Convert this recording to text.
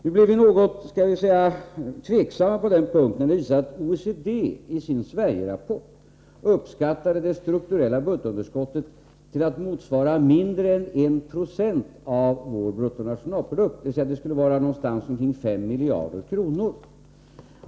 Nu blev vi något tveksamma på den punkten när det visade sig att OECD i sin Sverigerapport uppskattade det strukturella budgetunderskottet till att motsvara mindre än 1 20 av vår bruttonationalprodukt, dvs. omkring 5 miljarder kronor.